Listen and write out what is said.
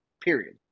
period